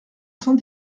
cent